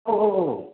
औ औ औ औ